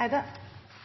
Eide